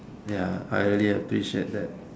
ya I really appreciate that